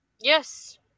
yes